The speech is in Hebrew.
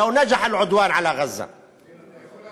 לו הייתה התוקפנות בעזה מצליחה,